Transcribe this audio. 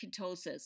ketosis